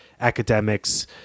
academics